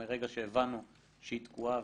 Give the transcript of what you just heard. מרגע שהבנו שהיא תקועה